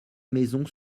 maisons